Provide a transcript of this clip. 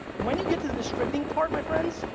when you get to the distributing part, my friends,